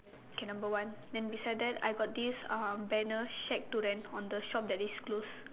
okay number one then beside that I got this um banner shack to rent on the shop that is closed